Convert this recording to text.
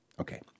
Okay